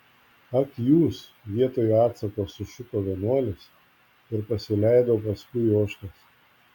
ak jūs vietoj atsako sušuko vienuolis ir pasileido paskui ožkas